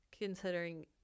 considering